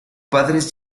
padres